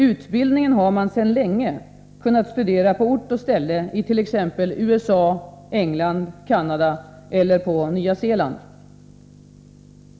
Utbildningen har man sedan länge kunnat studera på ort och ställe i t.ex. USA, England, Canada och på Nya Zeeland.